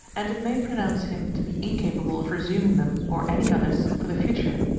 and it may pronounce him to be incapable of resuming them or any others for the future.